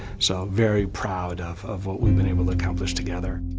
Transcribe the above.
so, very proud of of what we've been able to accomplish together.